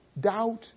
doubt